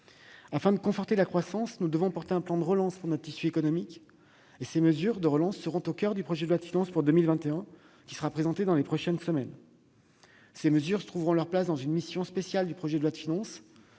Afin de conforter la croissance, nous devons porter un plan de relance pour notre tissu économique, dont les mesures seront au coeur du projet de loi de finances pour 2021, qui sera présenté dans les prochaines semaines. Elles trouveront leur place dans une mission spéciale de relance